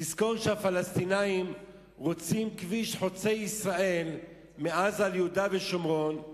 תזכור שהפלסטינים רוצים כביש חוצה ישראל מעזה ליהודה ושומרון,